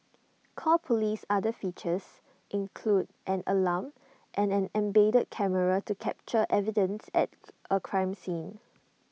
call police's other features include an alarm and an embedded camera to capture evidence at A crime scene